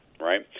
right